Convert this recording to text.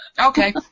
Okay